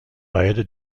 beide